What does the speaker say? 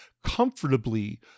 comfortably